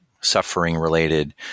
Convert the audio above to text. suffering-related